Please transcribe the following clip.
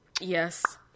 Yes